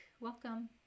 Welcome